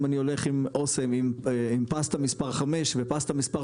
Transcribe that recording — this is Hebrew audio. אם אני הולך עם אוסם עם פסטה מספר 5 ופסטה מספר